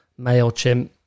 Mailchimp